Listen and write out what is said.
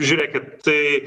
žiūrėkit tai